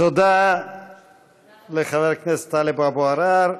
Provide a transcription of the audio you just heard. תודה לחבר הכנסת טלב אבו עראר.